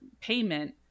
payment